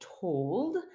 told